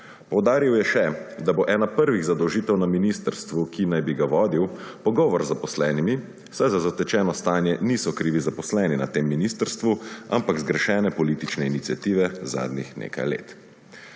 Poudaril je še, da bo ena prvih zadolžitev na ministrstvu, ki naj bi ga vodil, pogovor z zaposlenimi, saj za zatečeno stanje niso krivi zaposleni na tem ministrstvu, ampak zgrešene politične iniciative zadnjih nekaj let.